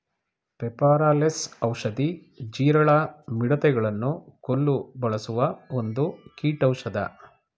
ಪೆಪಾರ ಲೆಸ್ ಔಷಧಿ, ಜೀರಳ, ಮಿಡತೆ ಗಳನ್ನು ಕೊಲ್ಲು ಬಳಸುವ ಒಂದು ಕೀಟೌಷದ